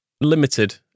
limited